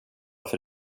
för